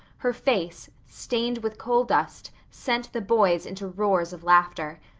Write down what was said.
her face, stained with coal dust, sent the boys into roars of laughter.